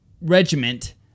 regiment